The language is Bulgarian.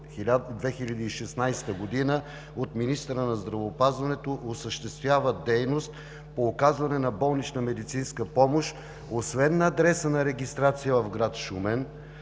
2016 г. от министъра на здравеопазването, осъществява дейност по оказване на болнична медицинска помощ освен на адреса на регистрация в град Шумен,